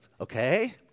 Okay